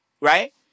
Right